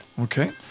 Okay